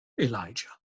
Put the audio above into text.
Elijah